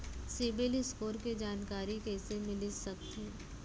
CIBIL score के जानकारी कइसे मिलिस सकथे?